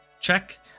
check